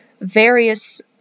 various